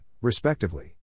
respectively